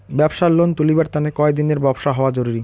ব্যাবসার লোন তুলিবার তানে কতদিনের ব্যবসা হওয়া জরুরি?